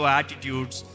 attitudes